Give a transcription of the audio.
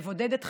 מבודדת חברתית,